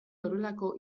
horrelako